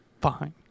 Fine